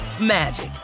magic